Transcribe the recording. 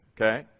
okay